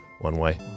one-way